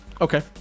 okay